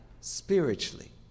spiritually